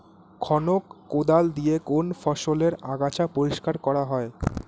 খনক কোদাল দিয়ে কোন ফসলের আগাছা পরিষ্কার করা হয়?